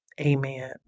Amen